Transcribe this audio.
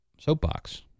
soapbox